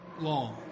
law